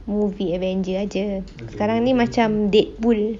movie avenger saje sekarang ni macam deadpool